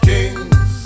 Kings